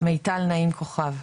מיטל נעים כוכב.